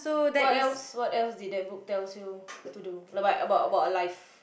what else what else did that book tells you to do like about about life